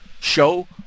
Show